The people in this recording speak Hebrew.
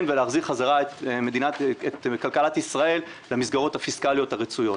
ולהחזיר חזרה את כלכלת ישראל במסגרות הפיסקליות הרצויות.